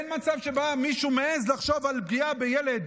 אין מצב שבא מישהו, מעז לחשוב על פגיעה בילד